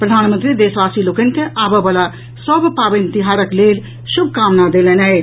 प्रधानमंत्री देशवासी लोकनि के आबय वला सभ पावनि तिहारक लेल शुभकामना देलनि अछि